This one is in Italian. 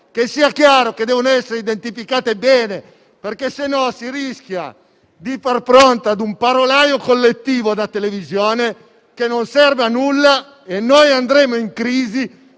- sia chiaro che devono essere identificate bene, altrimenti si rischia di trovarsi di fronte a un parolaio collettivo da televisione, che non serve a nulla. Noi andremo in crisi;